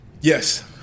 Yes